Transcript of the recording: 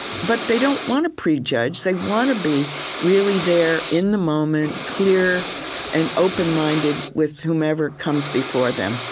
but they don't want to prejudge. they want to be really there in the moment, clear and open-minded with whomever comes before them.